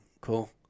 Cool